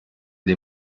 dei